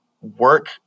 work